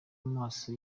amaso